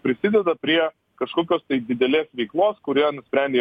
prisideda prie kažkokios tai didelės veiklos kurie nusprendė